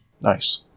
Nice